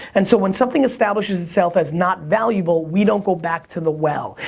and, so, when something establishes itself as not valuable, we don't go back to the well.